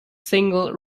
single